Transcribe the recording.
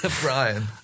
Brian